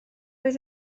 oedd